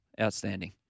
outstanding